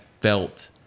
felt